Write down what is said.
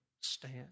stand